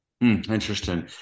Interesting